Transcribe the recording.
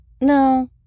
no